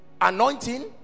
anointing